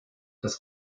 das